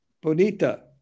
Bonita